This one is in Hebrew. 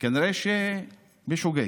כנראה בשוגג,